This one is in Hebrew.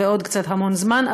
ועוד קצת המון זמן,